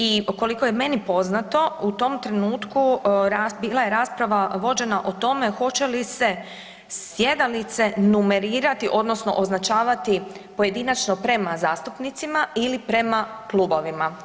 I koliko je meni poznato u tom trenutku bila je rasprava vođena o tome hoće li se sjedalice numerirati odnosno označavati pojedinačno prema zastupnicima ili prema klubovima.